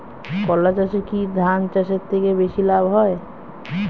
কলা চাষে কী ধান চাষের থেকে বেশী লাভ হয়?